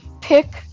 Pick